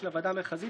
של החלשים,